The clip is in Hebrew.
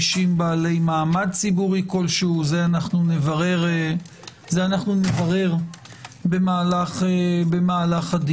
אישים בעלי מעמד ציבורי כלשהו את זה נברר במהלך הדיון.